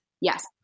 Yes